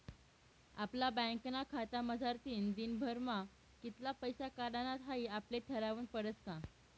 आपला बँकना खातामझारतीन दिनभरमा कित्ला पैसा काढानात हाई आपले ठरावनं पडस का